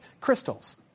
crystals